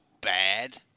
bad